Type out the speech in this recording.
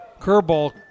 Curveball